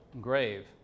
grave